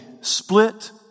split